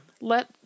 Let